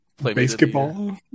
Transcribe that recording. Basketball